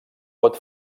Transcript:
pot